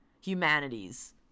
Humanities